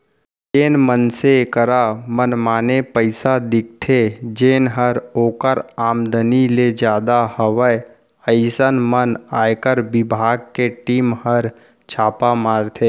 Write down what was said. जेन मनसे करा मनमाने पइसा दिखथे जेनहर ओकर आमदनी ले जादा हवय अइसन म आयकर बिभाग के टीम हर छापा मारथे